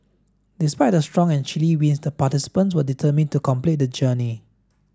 despite the strong and chilly winds the participants were determined to complete the journey